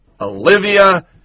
Olivia